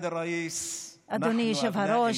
אדוני היושב-ראש,